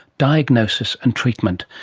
diagnosis and treatment,